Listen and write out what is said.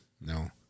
no